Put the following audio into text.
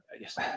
Yes